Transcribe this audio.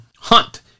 Hunt